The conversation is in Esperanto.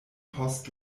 post